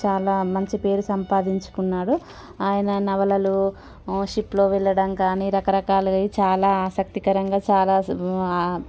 చాలా మంచి పేరు సంపాదించుకున్నాడు ఆయన నవలలు షిప్లో వెళ్ళడం కానీ రకరకాలుగా చాలా ఆసక్తికరంగా చాలా